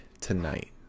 tonight